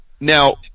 now